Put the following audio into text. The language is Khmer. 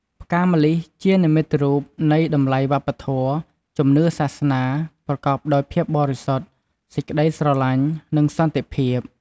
ផ្កាម្លិះ ជានិមិត្តរូបនៃតម្លៃវប្បធម៌ ជំនឿសាសនា ប្រកបដោយភាពបរិសុទ្ធ សេចក្តីស្រឡាញ់ និងសន្តិភាព។